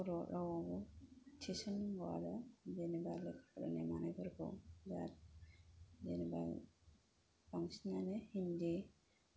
बर' रावआवबो थिसन नांगौ आरो जेनेबा फरायनाय मानायफोरखौ दा जेनेबा बांसिनानो हिन्दी